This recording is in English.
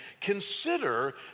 consider